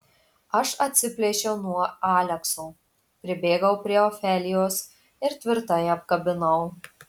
aš atsiplėšiau nuo alekso pribėgau prie ofelijos ir tvirtai apkabinau